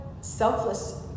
selfless